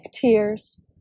tears